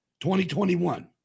2021